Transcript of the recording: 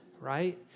right